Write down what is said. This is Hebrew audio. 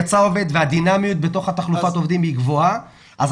יצא עובד והדינמיות בתוך תחלופת העובדים היא גבוהה ואז